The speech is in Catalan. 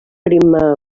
ritme